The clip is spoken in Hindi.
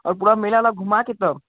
और पूरा मेला न घुमाके तब